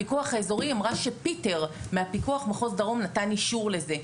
מהפיקוח האזורי אמרה שפיטר מפיקוח מחוז דרום נתן אישור לזה.